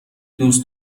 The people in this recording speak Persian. دوست